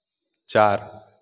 चार